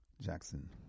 Jackson